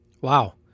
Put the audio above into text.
Wow